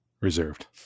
reserved